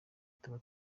tuba